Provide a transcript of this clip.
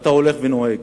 ואתה הולך ונוהג.